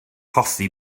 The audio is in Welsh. hoffi